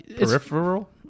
Peripheral